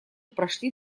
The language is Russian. прошли